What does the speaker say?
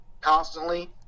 constantly